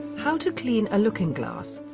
how to clean a looking glass.